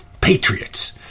patriots